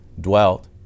dwelt